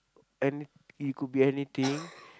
any it could be anything